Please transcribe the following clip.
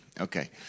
Okay